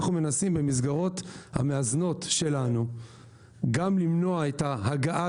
אנחנו מנסים במסגרות המאזנות שלנו גם למנוע את ההגעה